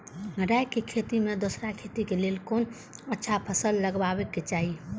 राय के खेती मे दोसर खेती के लेल कोन अच्छा फसल लगवाक चाहिँ?